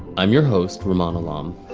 i'm your host, ramona lum,